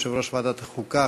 יושב-ראש ועדת החוקה,